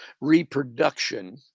reproduction